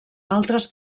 altres